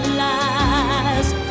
last